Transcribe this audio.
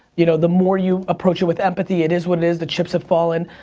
you know the more you approach it with empathy, it is what it is. the chips have fallen.